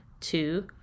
Two